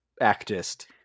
actist